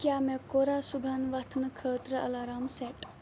کیاہ مےٚ کوٚرا صبحن وُتھنہٕ خٲطرٕ الارام سیٹ